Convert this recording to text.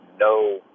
no